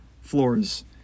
floors